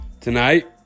Tonight